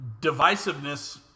divisiveness